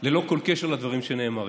ללא כל קשר לדברים שנאמרים,